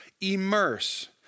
immerse